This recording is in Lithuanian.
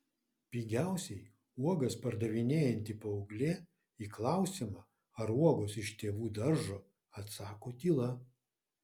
pigiausiai uogas pardavinėjanti paauglė į klausimą ar uogos iš tėvų daržo atsako tyla